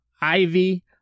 Ivy